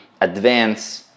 advance